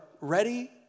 ready